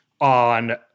on